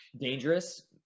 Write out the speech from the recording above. dangerous